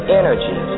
energy